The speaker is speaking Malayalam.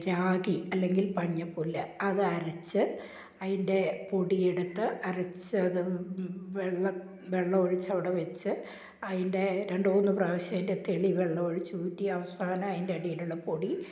റാഗി അല്ലെങ്കില് പഞ്ഞപ്പുല്ല് അതരച്ച് അതിന്റെ പൊടിയെടുത്ത് അരച്ചത് വെള്ള വെള്ളമൊഴിച്ച് അവിടെ വെച്ച് അതിന്റെ രണ്ടു മൂന്നു പ്രാവശ്യം അതിന്റെ തെളിവെള്ളമൊഴിച്ച് ഊറ്റി അവസാനം അതിന്റെ അടിയിലുള്ള പൊടി